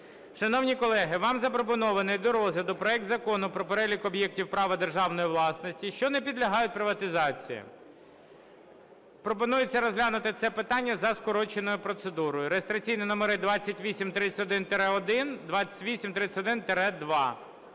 Шановні колеги, вам запропонований до розгляду проект Закону про перелік об'єктів права державної власності, що не підлягають приватизації. Пропонується розглянути це питання за скороченою процедурою. Реєстраційні номери 2831-1, 2831-2.